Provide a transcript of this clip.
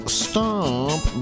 stomp